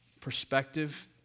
perspective